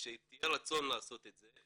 שיהיה רצון לעשות את זה,